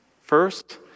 First